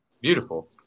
Beautiful